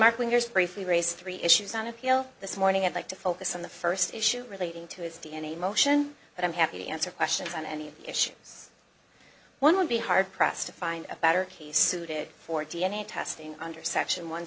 mark when there's briefly raised three issues on appeal this morning i'd like to focus on the first issue relating to his d n a motion and i'm happy to answer questions on any issues one would be hard pressed to find a better case suited for d n a testing under section one